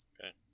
Okay